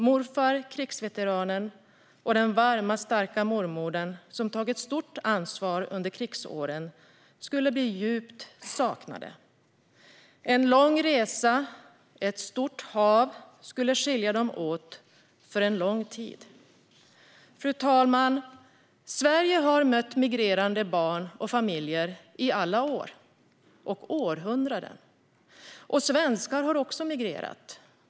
Morfadern, krigsveteranen, och den varma, starka mormodern som tagit stort ansvar under krigsåren skulle bli djupt saknade. En lång resa och ett stort hav skulle skilja dem åt under en lång tid. Fru talman! Sverige har mött migrerande barn och familjer i alla år och århundraden. Svenskar har också migrerat.